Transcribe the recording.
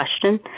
question